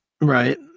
Right